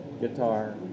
guitar